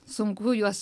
sunku juos